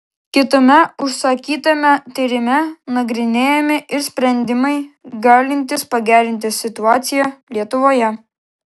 kitame užsakytame tyrime nagrinėjami ir sprendimai galintys pagerinti situaciją lietuvoje